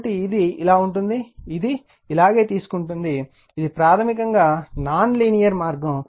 కాబట్టి ఇది ఇలా ఉంది ఇది ఇలాగే తీసుకుంటుంది ఇది ప్రాథమికంగా నాన్ లీనియర్ మార్గం